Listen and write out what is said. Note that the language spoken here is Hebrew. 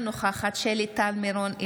אינה נוכחת שלי טל מירון,